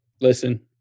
Listen